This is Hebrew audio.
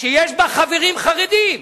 שיש בה חברים חרדים,